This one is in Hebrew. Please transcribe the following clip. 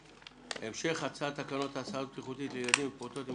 המשך הצעת תקנות הסעה בטיחותית לילדים ולפעוטות עם